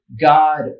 God